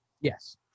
Yes